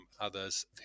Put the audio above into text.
others